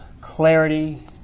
clarity